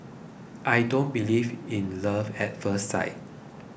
I don't believe in love at first sight